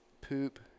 poop